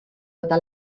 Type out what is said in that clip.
eta